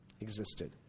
existed